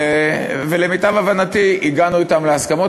ולמיטב הבנתי הגענו אתם להסכמות.